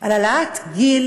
על העלאת גיל